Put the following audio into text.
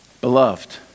Beloved